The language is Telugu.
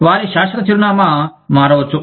వారి శాశ్వత చిరునామా మారవచ్చు